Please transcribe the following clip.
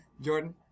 Jordan